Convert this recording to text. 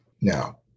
Now